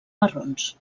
marrons